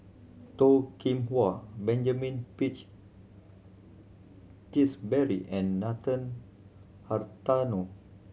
Toh Kim Hwa Benjamin Peach Keasberry and Nathan Hartono